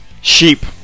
sheep